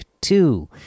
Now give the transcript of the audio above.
Two